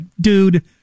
dude